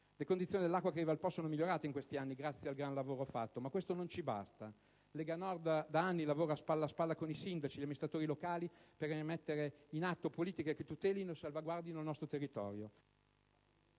Le condizioni dell'acqua che arriva al Po sono migliorate in questi anni grazie al gran lavoro fatto, ma questo non ci basta. Lega Nord da anni lavora spalla a spalla con i sindaci e gli amministratori locali per mettere in atto politiche che tutelino e salvaguardino il nostro territorio.